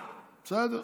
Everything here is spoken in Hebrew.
בסדר.